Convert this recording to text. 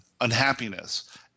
unhappiness